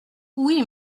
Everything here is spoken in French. oui